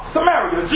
Samaria